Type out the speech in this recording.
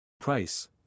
Price